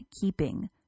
keeping